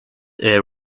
air